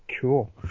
Cool